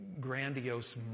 grandiose